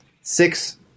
Six